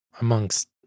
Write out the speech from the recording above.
amongst